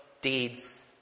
deeds